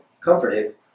comforted